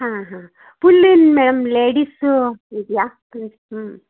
ಹಾಂ ಹಾಂ ಪುಲ್ಲಿನ್ ಮ್ಯಾಮ್ ಲೇಡಿಸೂ ಇದೆಯಾ ಹ್ಞೂ ಹ್ಞೂ